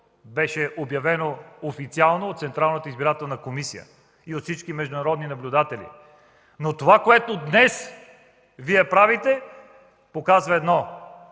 беше официално обявено от Централната избирателна комисия и от всички международни наблюдатели. Но това, което днес Вие правите, показа едно